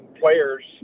players